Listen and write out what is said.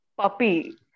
puppy